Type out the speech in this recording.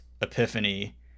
epiphany